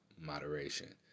moderation